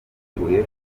ifunguye